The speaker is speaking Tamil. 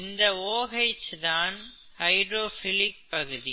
இந்த OH தான் ஹைடிரோஃபிலிக் பகுதி